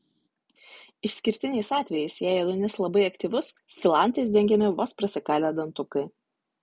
išskirtiniais atvejais jei ėduonis labai aktyvus silantais dengiami vos prasikalę dantukai